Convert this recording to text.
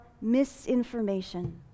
misinformation